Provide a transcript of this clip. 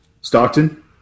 Stockton